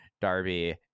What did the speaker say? Darby